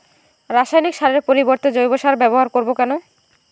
রাসায়নিক সারের পরিবর্তে জৈব সারের ব্যবহার করব কেন?